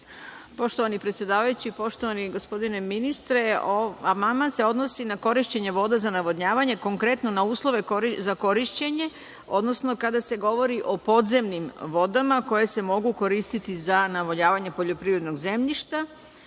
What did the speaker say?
Poštovani predsedavajući, poštovani gospodine ministre, amandman se odnosi na korišćenje voda za navodnjavanje, konkretno na uslove za korišćenje, odnosno kada se govori o podzemnim vodama koje se mogu koristiti za navodnjavanje poljoprivrednog zemljišta,